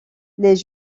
les